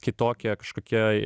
kitokie kažkokie